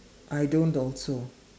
I don't also